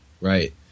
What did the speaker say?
right